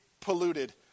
polluted